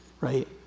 right